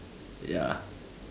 ya